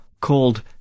called